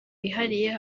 hihariye